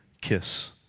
kiss